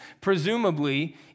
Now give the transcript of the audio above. presumably